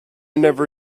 never